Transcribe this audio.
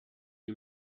you